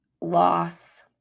loss